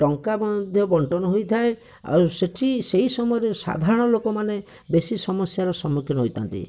ଟଙ୍କା ମଧ୍ୟ ବଣ୍ଟନ ହୋଇଥାଏ ଆଉ ସେଠି ସେହି ସମୟରେ ସାଧାରଣ ଲୋକମାନେ ବେଶି ସମସ୍ୟାର ସମ୍ମୁଖୀନ ହୋଇଥାନ୍ତି